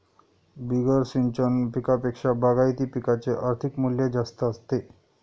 बिगर सिंचन पिकांपेक्षा बागायती पिकांचे आर्थिक मूल्य जास्त असते